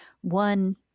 one